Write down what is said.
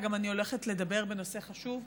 ואני גם הולכת לדבר בנושא חשוב.